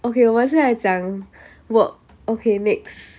okay 我们现在讲 work okay next